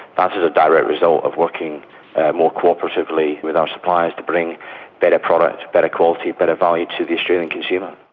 that's as a direct result of working more cooperatively with our suppliers to bring better products, better quality, better value to the australian consumer.